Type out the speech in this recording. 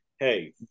Hey